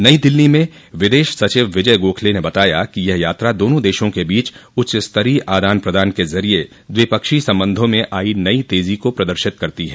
नई दिल्ली में विदेश सचिव विजय गोखले ने बताया कि यह यात्रा दोनों देशों के बीच उच्च स्तरीय आदान प्रदान के जरिए द्विपक्षीय संबंधों में आयी नयी तेजो को प्रदर्शित करती है